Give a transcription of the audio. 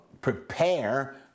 prepare